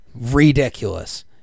ridiculous